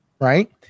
right